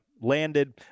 landed